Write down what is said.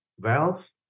valve